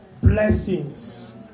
blessings